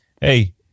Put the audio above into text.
hey